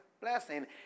blessing